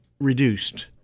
reduced